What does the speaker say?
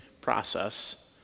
process